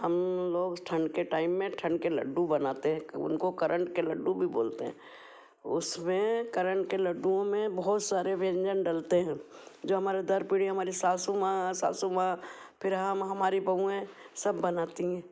हम लोग इस ठंड के टाइम में ठंड के लड्डू बनाते हैं उनको करण के लड्डू भी बोलते हैं उसमें करण के लड्डू में बहुत सारे व्यंजन डलते हैं जो हमारे दर पीढ़ी हमारे सासू माँ हैं सासू माँ फिर हम हमारी बहुएँ सब बनाती हैं